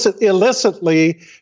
illicitly